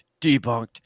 Debunked